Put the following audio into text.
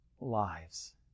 lives